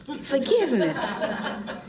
forgiveness